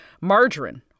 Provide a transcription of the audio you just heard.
margarine